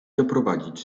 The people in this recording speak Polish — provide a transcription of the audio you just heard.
doprowadzić